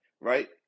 right